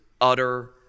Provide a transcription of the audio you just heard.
utter